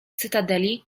cytadeli